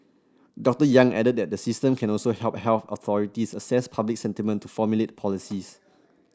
Doctor Yang added that the system can also help health authorities assess public sentiment to formulate policies